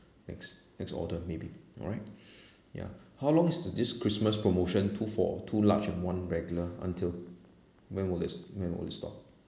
next next order maybe alright ya how long is the this christmas promotion two for two large and one regular until when will this when will this stop